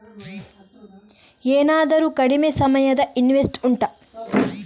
ಏನಾದರೂ ಕಡಿಮೆ ಸಮಯದ ಇನ್ವೆಸ್ಟ್ ಉಂಟಾ